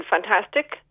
fantastic